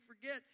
forget